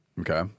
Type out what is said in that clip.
Okay